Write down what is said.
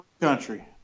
country